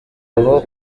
aho